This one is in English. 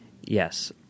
yes